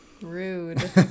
Rude